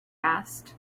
asked